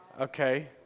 Okay